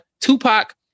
Tupac